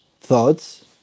Thoughts